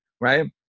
Right